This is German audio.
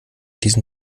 diesen